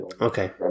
Okay